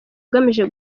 ugamije